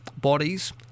bodies